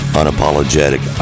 unapologetic